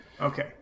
Okay